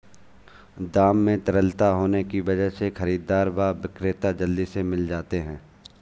दाम में तरलता होने की वजह से खरीददार व विक्रेता जल्दी से मिल जाते है